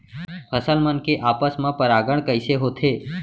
फसल मन के आपस मा परागण कइसे होथे?